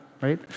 right